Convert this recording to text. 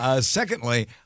secondly